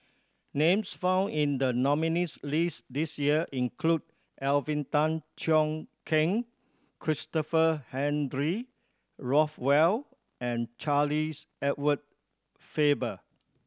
names found in the nominees' list this year include Alvin Tan Cheong Kheng Christopher Henry Rothwell and Charles Edward Faber